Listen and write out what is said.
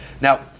Now